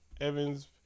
Evans